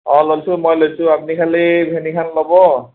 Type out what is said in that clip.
অ লৈছোঁ মই লৈছোঁ আপুনি খালি ভেনিখন ল'ব